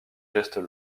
gestes